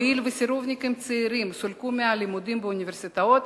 הואיל וסירובניקים צעירים סולקו מהלימודים באוניברסיטאות,